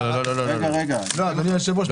אדוני היושב-ראש,